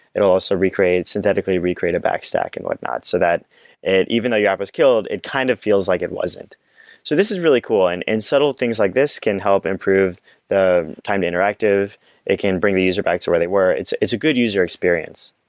it'll also recreate, synthetically recreate a back stack and whatnot, so that even though your app was killed, it kind of feels like it wasn't so this is really cool and and subtle things like this can help improve the time to interactive it can bring the user back to where they were, it's it's a good user experience.